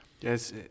Yes